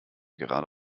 gerade